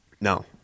No